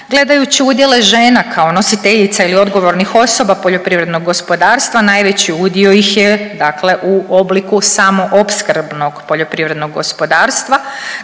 Gledajući udjele žena kao nositeljica ili odgovornih osoba poljoprivrednog gospodarstva najveći udio ih je dakle u obliku samoopskrbnog poljoprivrednog gospodarstva.